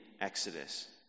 Exodus